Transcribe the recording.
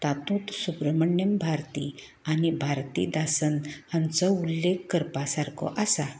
तातूंत सुब्रह्मण्यम भारती आनी भारती दासन हांचो उल्लेख करपा सारको आसा